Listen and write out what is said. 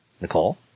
Nicole